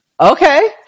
Okay